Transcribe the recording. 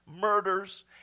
murders